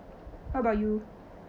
how about you